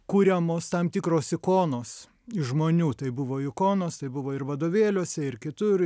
kuriamos tam tikros ikonos žmonių tai buvo ikonos tai buvo ir vadovėliuose ir kitur